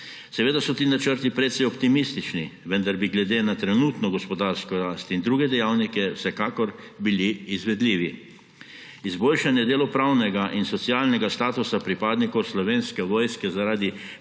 Seveda so ti načrti precej optimistični, vendar bi glede na trenutno gospodarsko rast in druge dejavnike vsekakor bili izvedljivi. Izboljšanje delopravnega in socialnega statusa pripadnikov Slovenske vojske zaradi